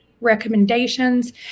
recommendations